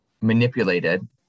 manipulated